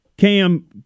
Cam